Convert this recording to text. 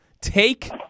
Take